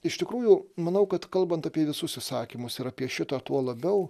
iš tikrųjų manau kad kalbant apie visus įsakymus ir apie šitą tuo labiau